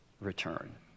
return